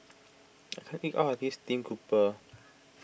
I can't eat all of this Stream Grouper